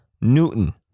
Newton